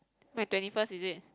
my twenty first is it